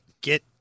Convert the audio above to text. get